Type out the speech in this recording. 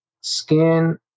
skin